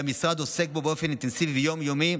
והמשרד עוסק בו באופן אינטנסיבי ויום-יומי,